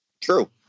True